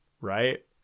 right